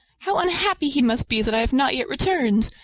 how unhappy he must be that i have not yet returned!